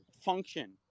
function